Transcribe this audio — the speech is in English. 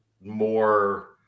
more